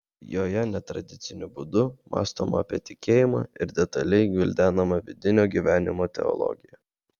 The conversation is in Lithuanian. joje netradiciniu būdu mąstoma apie tikėjimą ir detaliai gvildenama vidinio gyvenimo teologija